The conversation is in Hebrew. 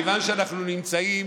מכיוון שאנחנו נמצאים,